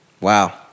wow